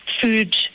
food